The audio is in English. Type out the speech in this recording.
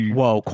Whoa